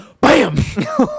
Bam